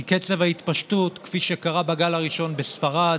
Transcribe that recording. כי קצב ההתפשטות, כפי שקרה בגל הראשון בספרד,